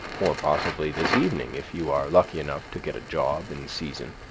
or possibly this evening, if you are lucky enough to get a job in season.